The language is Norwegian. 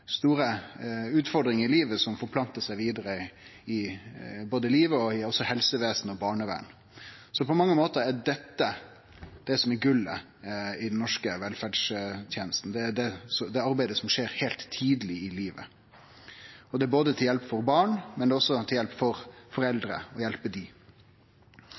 som forplantar seg vidare i både livet, i helsevesen og barnevern. På mange måtar er det dette som er gullet i den norske velferdstenesta – dette arbeidet som skjer tidleg i livet. Det er til hjelp for barn, men også for foreldre. Dette er litt av grunnen til at SV heile tida har peikt på desse tenestene når vi har gjort opp dei